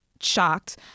shocked